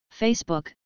Facebook